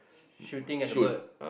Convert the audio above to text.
shooting at the bird